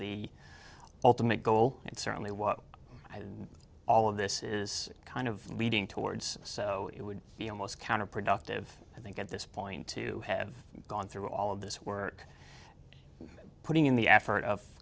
the ultimate goal and certainly what all of this is kind of leading towards so it would be almost counterproductive i think at this point to have gone through all of this work putting in the effort of